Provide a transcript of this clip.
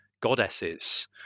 goddesses